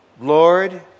Lord